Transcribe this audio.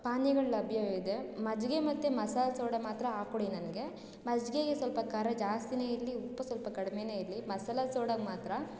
ಪಾನೀಯಗಳು ಲಭ್ಯವಿದೆ ಮಜ್ಜಿಗೆ ಮತ್ತು ಮಸಾಲ ಸೋಡಾ ಮಾತ್ರ ಹಾಕಿಕೊಡಿ ನನಗೆ ಮಜ್ಗೆಗೆ ಸ್ವಲ್ಪ ಖಾರ ಜಾಸ್ತಿನೇ ಇರಲಿ ಉಪ್ಪು ಸ್ವಲ್ಪ ಕಡ್ಮೆ ಇರಲಿ ಮಸಾಲ ಸೋಡಾಗೆ ಮಾತ್ರ